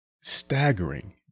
staggering